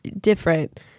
different